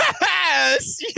Yes